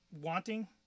wanting